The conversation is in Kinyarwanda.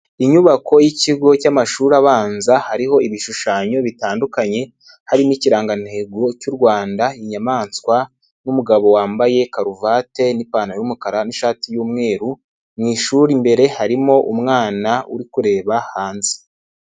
Inyubako y'ikigo cy'amashuri abanza hariho ibishushanyo bitandukanye hari n'ikirangantego cy'u Rwanda, inyamaswa n'umugabo wambaye karuvate n'ipantaro y'umukara n'ishati y'umweru mu ishuri imbere harimo umwana uri kureba hanze.